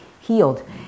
healed